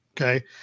Okay